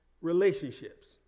relationships